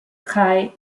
jae